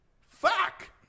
Fuck